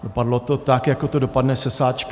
Dopadlo to tak, jako to dopadne se sáčky.